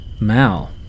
Mal